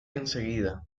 enseguida